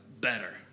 better